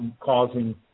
causing